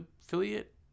affiliate